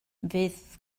fydd